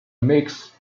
mix